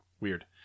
Weird